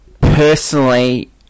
personally